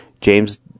James